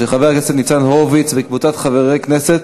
של חבר הכנסת ניצן הורוביץ וקבוצת חברי כנסת,